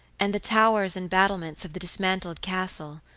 and the towers and battlements of the dismantled castle,